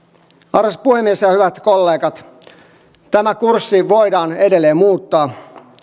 arvoisa puhemies ja hyvät kollegat tämä kurssi voidaan edelleen muuttaa